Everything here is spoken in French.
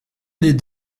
les